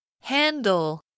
handle